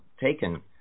taken